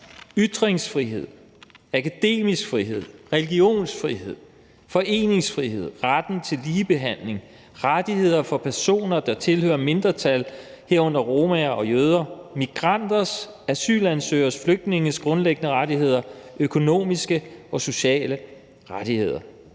ytringsfrihed, akademisk frihed, religionsfrihed, foreningsfrihed, retten til ligebehandling, rettigheder for personer, der tilhører mindretal, herunder romaer og jøder, migranters, asylansøgeres, flygtninges grundlæggende rettigheder, økonomiske og sociale rettigheder.